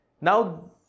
Now